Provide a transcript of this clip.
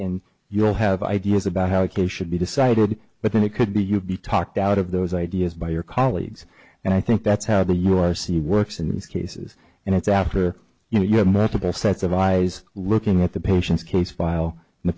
and you'll have ideas about how the case should be decided but then it could be you'd be talked out of those ideas by your colleagues and i think that's how the u r c works in these cases and it's after you have multiple sets of eyes looking at the patient's case file the